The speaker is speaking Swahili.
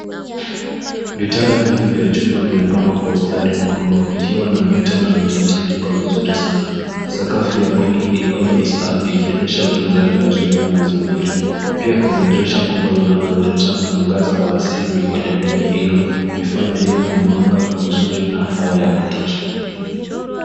Vitanda vingi vya chuma vimepangwa kwa ustadi mkubwa vikiwa na mito na vimetandikwa vizuri sana. Sakafu ya bweni hilo ni safi ikionyesha utunzaji mzuri wa mazingira. Pia kuna dirisha kubwa lilonaleta mwangaza wa asili kwenye bweni hilo kuifanya iwe na mwanga mzuri na hewa ya kutosha.